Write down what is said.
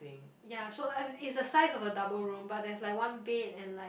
ya so uh it's a size of a double room but there's like one bed and like